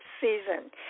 season